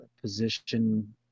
position